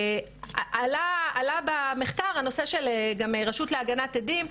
עלה במחקר הנושא של הרשות להגנת עדים,